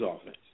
offense